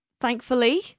thankfully